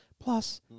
Plus